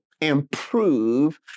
improve